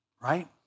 right